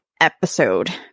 episode